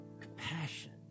compassion